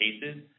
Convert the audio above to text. cases